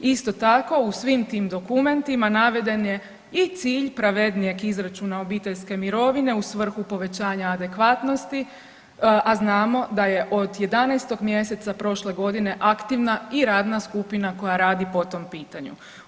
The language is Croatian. Isto tako, u svim tim dokumentima naveden je i cilj pravednije izračuna obiteljske mirovine u svrhu povećanja adekvatnosti, a znamo da je od 11. mj. prošle godine aktivna i radna skupina koja radi po tom pitanju.